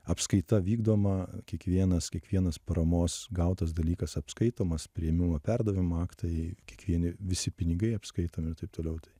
apskaita vykdoma kiekvienas kiekvienas paramos gautas dalykas apskaitomas priėmimo perdavimo aktai kiekvieni visi pinigai apskaitomi ir taip toliau tai